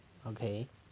okay